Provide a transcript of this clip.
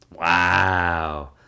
wow